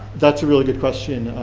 that's a really good question.